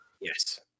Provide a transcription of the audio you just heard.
Yes